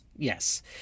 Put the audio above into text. Yes